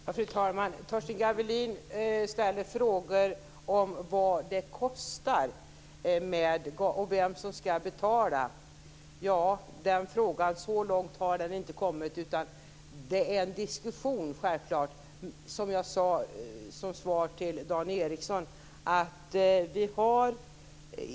Fru talman! Torsten Gavelin frågar vad det kostar och vem som skall betala. Så långt har man inte kommit i den frågan. Självklart handlar det, som jag sade till Dan Ericsson, om en diskussion.